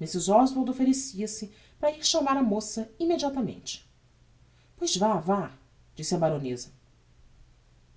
oswald offerecia se para ir chamar a moça immediatamente pois vá vá disse a baroneza